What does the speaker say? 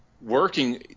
Working